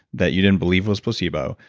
that you didn't believe was placebo.